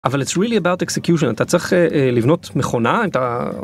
אבל it's really about execution. אתה צריך לבנות מכונה, אם אתה...